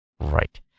Right